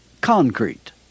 concrete